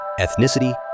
ethnicity